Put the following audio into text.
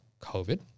COVID